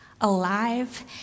alive